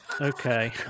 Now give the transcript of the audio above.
Okay